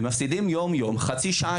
ומפסידים יום יום חצי שעה,